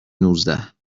نوزده